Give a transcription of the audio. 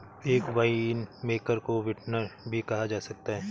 एक वाइनमेकर को विंटनर भी कहा जा सकता है